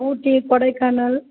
Ooty Kodaikanal